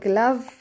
love